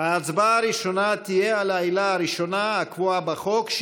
ההצבעה הראשונה תהיה על העילה הראשונה הקבועה בחוק,